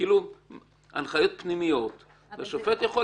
אלו הנחיות פנימיות והשופט יכול